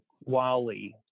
Wally